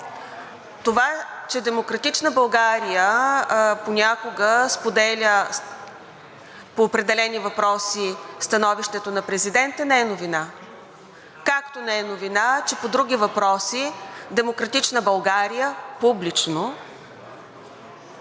това, че „Демократична България“ понякога споделя по определени въпроси становището на президента, не е новина. Както не е новина, че по други въпроси „Демократична България“ публично